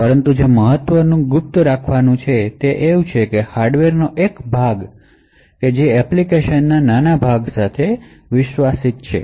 પરંતુ જે મહત્ત્વનું સીક્રેટરાખવું જરૂરી છે તે છે કે હાર્ડવેરનો એક ભાગ એપ્લિકેશનના નાના ભાગો સાથે વિશ્વાસિત છે